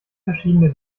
verschiedene